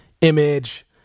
image